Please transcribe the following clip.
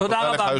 תודה רבה.